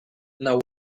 now